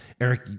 Eric